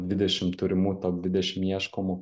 dvidešim turimų top dvidešim ieškomų